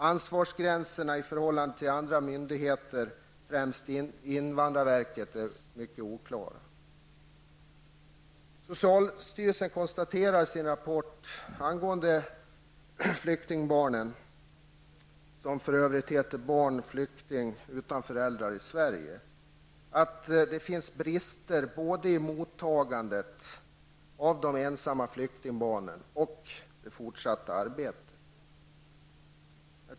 Ansvarsgränserna i förhållande till andra myndigheter, främst invandrarverket, är mycket oklara. Herr talman!